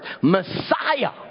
Messiah